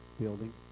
building